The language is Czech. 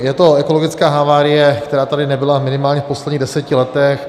Je to ekologická havárie, která tady nebyla minimálně v posledních deseti letech.